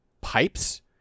pipes